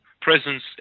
presence